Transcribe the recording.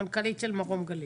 המנכ"לית של מרום גליל,